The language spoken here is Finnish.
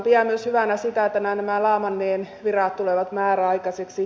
pidän myös hyvänä sitä että nämä laamannien virat tulevat määräaikaisiksi